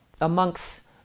amongst